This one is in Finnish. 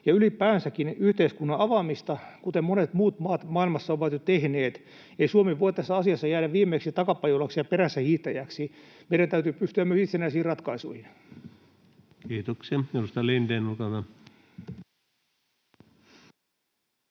ylipäänsäkin yhteiskunnan avaamista, kuten monet muut maat maailmassa ovat jo tehneet. Ei Suomi voi tässä asiassa jäädä viimeiseksi takapajulaksi ja perässähiihtäjäksi. Meidän täytyy pystyä myös itsenäisiin ratkaisuihin. [Speech